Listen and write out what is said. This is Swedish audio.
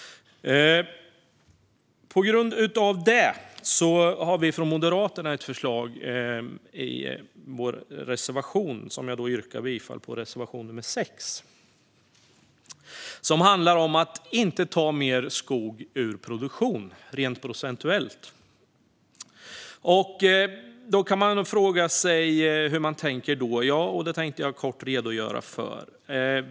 Med anledning av det har vi från Moderaterna ett förslag i vår reservation som jag yrkar bifall till. Det är reservation nr 6. Det handlar om att rent procentuellt inte ta mer skog ur produktion. Då kan man fråga sig hur vi tänker då. Det ska jag kort redogöra för.